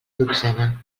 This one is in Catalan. dotzena